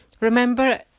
Remember